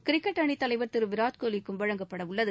cricket அணித் தலைவர் திரு விராட் கோலிக்கும் வழங்கப்பட உள்ளது